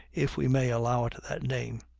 if we may allow it that name.